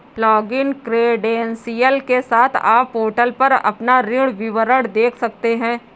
login credential के साथ, आप पोर्टल पर अपना ऋण विवरण देख सकते हैं